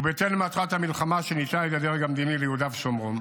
ובהתאם למטרת המלחמה שנקבעה על ידי הדרג המדיני ביהודה ושומרון,